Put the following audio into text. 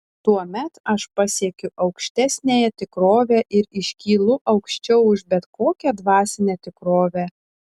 tuomet aš pasiekiu aukštesniąją tikrovę ir iškylu aukščiau už bet kokią dvasinę tikrovę